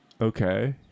Okay